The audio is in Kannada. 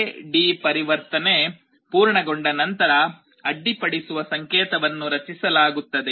ಎ ಡಿ ಪರಿವರ್ತನೆ ಪೂರ್ಣಗೊಂಡ ನಂತರ ಅಡ್ಡಿಪಡಿಸುವ ಸಂಕೇತವನ್ನು ರಚಿಸಲಾಗುತ್ತದೆ